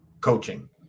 coaching